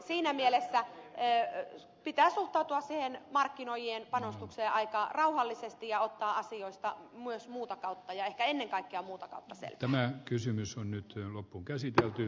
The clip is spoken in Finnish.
siinä mielessä pitää suhtautua siihen markkinoijien panostukseen aika rauhallisesti ja ottaa asioista myös muuta kautta ja ehkä ennen kaikkea muuta se tämä kysymys on nyt jo kautta selvää